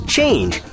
Change